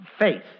faith